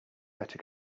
better